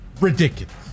Ridiculous